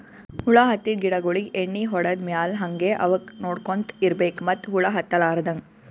ಹುಳ ಹತ್ತಿದ್ ಗಿಡಗೋಳಿಗ್ ಎಣ್ಣಿ ಹೊಡದ್ ಮ್ಯಾಲ್ ಹಂಗೆ ಅವಕ್ಕ್ ನೋಡ್ಕೊಂತ್ ಇರ್ಬೆಕ್ ಮತ್ತ್ ಹುಳ ಹತ್ತಲಾರದಂಗ್